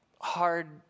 hard